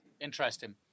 Interesting